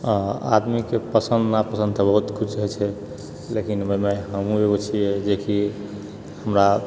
आदमीके पसन्द नापसन्द तऽ बहुत किछु होइत छै लेकिन हमहूँ एगो छियै जेकि हमरा